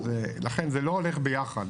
לכן זה לא הולך ביחד.